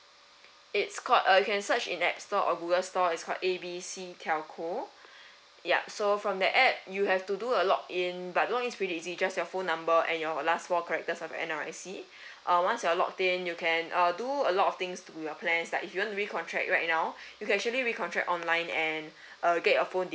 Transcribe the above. it's called uh you can search in app store or google store it's called A B C telco yup so from the app you have to do a login but that one is pretty easy just your phone number and your last four characters of N_R_I_C uh once you are login you can uh do a lot of things to your plans like if you want to re contract right now you can actually re contract online and uh get your phone